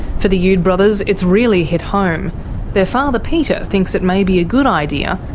for the youd brothers, it's really hit home their father peter thinks it may be a good idea,